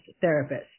therapist